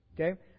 okay